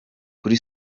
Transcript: kuri